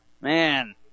man